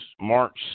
March